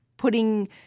putting